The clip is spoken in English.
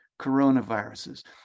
coronaviruses